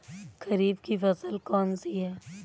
खरीफ की फसल कौन सी है?